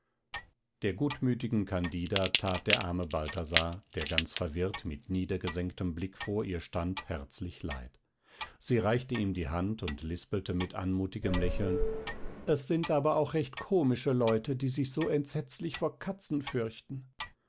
der gutmütigen candida tat der arme balthasar der ganz verwirrt mit niedergesenktem blick vor ihr stand herzlich leid sie reichte ihm die hand und lispelte mit anmutigem lächeln es sind aber auch recht komische leute die sich so entsetzlich vor katzen fürchten